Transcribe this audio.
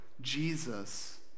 Jesus